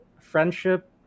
friendship